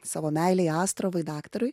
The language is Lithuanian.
savo meilei astravui daktarui